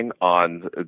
on